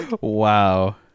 Wow